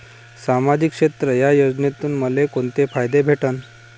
सामाजिक क्षेत्र योजनेतून मले कोंते फायदे भेटन?